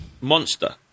Monster